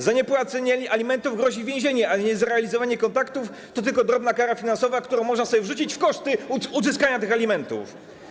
Za niepłacenie alimentów grozi więzienie, a niezrealizowanie kontaktów tylko drobna kara finansowa, którą można sobie wrzucić w koszty uzyskania tych alimentów.